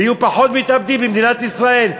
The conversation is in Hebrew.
ויהיו פחות מתאבדים במדינת ישראל.